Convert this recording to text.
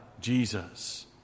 Jesus